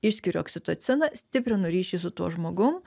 išskiriu oksitociną stiprinu ryšį su tuo žmogum